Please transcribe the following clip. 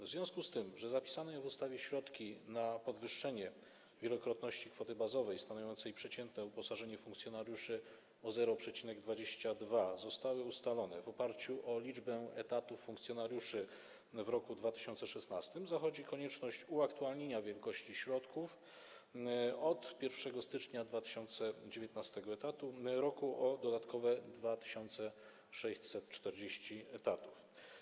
W związku z tym, że zapisane w ustawie środki na podwyższenie wielokrotności kwoty bazowej stanowiącej przeciętne uposażenie funkcjonariuszy o 0,22 zostały ustalone w oparciu o liczbę etatów funkcjonariuszy w roku 2016, zachodzi konieczność uaktualnienia wielkości środków od 1 stycznia 2019 r. na dodatkowe 2640 etatów.